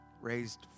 raised